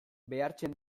behartzen